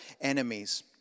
enemies